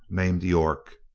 named york.